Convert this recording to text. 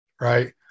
right